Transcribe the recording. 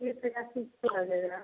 हो जाएगा